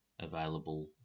available